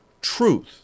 Truth